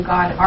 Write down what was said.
God